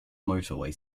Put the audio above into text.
motorway